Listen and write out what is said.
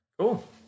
Cool